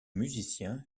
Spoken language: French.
musicien